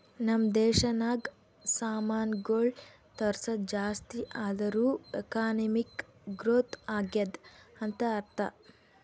ನಮ್ ದೇಶನಾಗ್ ಸಾಮಾನ್ಗೊಳ್ ತರ್ಸದ್ ಜಾಸ್ತಿ ಆದೂರ್ ಎಕಾನಮಿಕ್ ಗ್ರೋಥ್ ಆಗ್ಯಾದ್ ಅಂತ್ ಅರ್ಥಾ